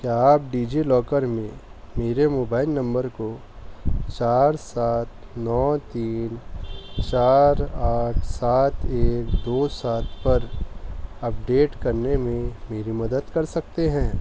کیا آپ DigiLocker میں میرے موبائل نمبر کو چار سات نو تین چار آٹھ سات ایک دو سات پر اپڈیٹ کرنے میں میری مدد کر سکتے ہیں